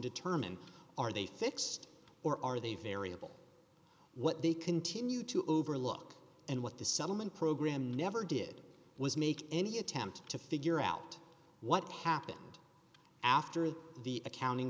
determine are they fixed or are they very evil what they continue to overlook and what the settlement program never did was make any attempt to figure out what happened after the accounting